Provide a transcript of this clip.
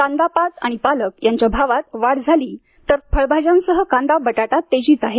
कांदापात आणि पालक यांच्या भावात वाढ झाली तर फळभाज्यांमध्ये कांदा बटाटा तेजीत आहेत